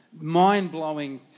mind-blowing